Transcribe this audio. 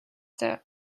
der